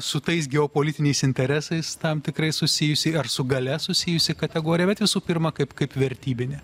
su tais geopolitiniais interesais tam tikrais susijusi su galia susijusi kategorija bet visų pirma kaip kaip vertybinė